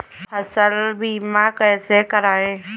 फसल बीमा कैसे कराएँ?